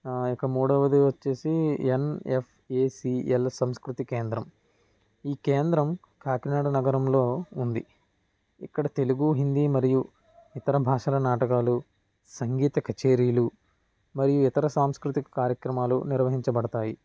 ఇక మూడవది వచ్చేసి యన్ యఫ్ ఎసి యల్ సంస్కృతి కేంద్రం ఈ కేంద్రం కాకినాడ నగరంలో ఉంది ఇక్కడ తెలుగు హిందీ మరియు ఇతర భాషల నాటకాలు సంగీత కచేరీలు మరియు ఇతర సాంస్కృతిక కార్యక్రమాలు నిర్వహించబడతాయి